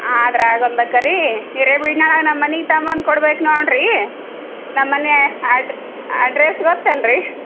ಆದ್ರೆ ಆಗೊಲ್ದ್ಯಾಕೆ ರೀ ಹಿರೇಬೀಡ್ನಾಳಾಗೆ ನಮ್ಮ ಮನೆಗ್ ತಾಂಬಂದು ಕೊಡ್ಬೇಕು ನೋಡಿರಿ ನಮ್ಮ ಮನೆ ಅಡ್ ಅಡ್ರಸ್ ಗೊತ್ತಲ್ಲ ರೀ